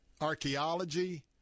archaeology